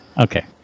Okay